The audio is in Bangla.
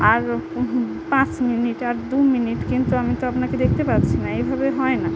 আর পাঁচ মিনিট আর দু মিনিট কিন্তু আমি তো আপনাকে দেখতে পাচ্ছি না এভাবে হয় না